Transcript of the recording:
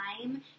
time